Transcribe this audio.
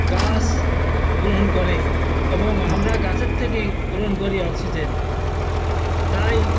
গাছ গ্রহণ করে এবং আমরা গাছের থেকে গ্রহণ করি অক্সিজেন তাই